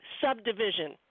subdivision